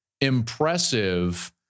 impressive